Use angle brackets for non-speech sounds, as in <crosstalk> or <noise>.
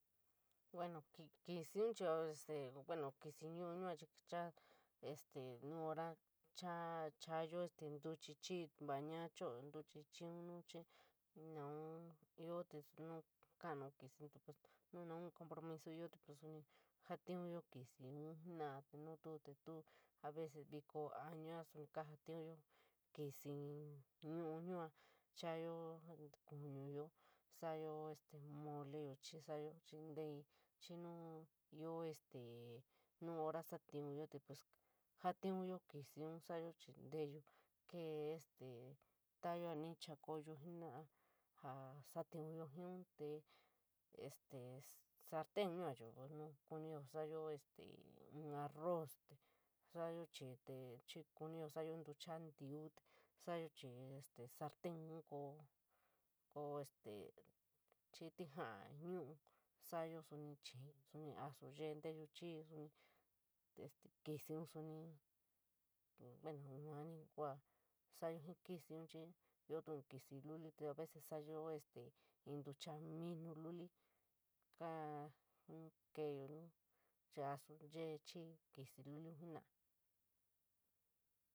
Bueno, kisi’un <hesitation> bueno, kisi nuu chaa este nu horacha chaap ntech’ chii, waa ñaa choo ntochi chii, nuun ioo te nu kaani kisi’n nu naun compromis’i ioo te pos soni sanp kajatoniyo, kisi’n yo yua chaayo konuyo, sorayo moleyo chii salayo teii xi nuu ioo este nu hora soti’unyo pos ja’tionyo kisi’un sorayo chii inteyuo kee este taiyo ja n’chaokoyo jenora, ja setionyo jiñon, tie este sañen yua achio pues no konio ja sorayo este in arroz salayo chii te chi kunio salayo in ntuchara ntuu, sorayo chii este sañon koo este chii tejaa nuu sorayo soni? Chii soni asu vee inteyua chii soni tee este kisi’un soni. Bueno, yua ni ku fa sorayií’ kfs’un, ioo tu in kisi lulu te a vees sorayo este in ntuchara minu loli <hesitation> kee yo no asu vee chii kisi lulu jenora